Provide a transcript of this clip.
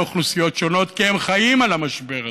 אוכלוסיות שונות כי הם חיים על המשבר הזה.